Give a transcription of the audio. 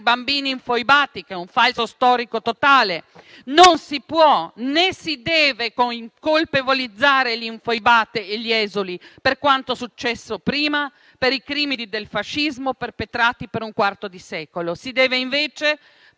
bambini infoibati, un falso storico totale. Non si può né si deve colpevolizzare gli infoibati e gli esuli per quanto successo prima, per i crimini del fascismo perpetrati per un quarto di secolo. Si deve invece